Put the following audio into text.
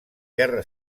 guerra